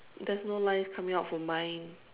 there's no lines coming out from mine